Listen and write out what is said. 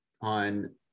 on